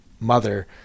mother